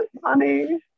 funny